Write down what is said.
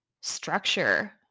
structure